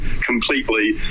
completely